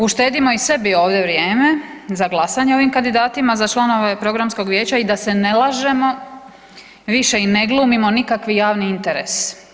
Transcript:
Uštedimo i sebi ovdje vrijeme za glasanje o ovim kandidatima za članove programskog vijeća i da se ne lažemo više i ne glumimo nikakvi javni interes.